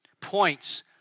points